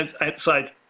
outside